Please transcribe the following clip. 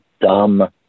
dumb